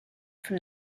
from